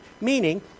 Meaning